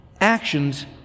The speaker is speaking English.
actions